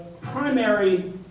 primary